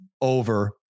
over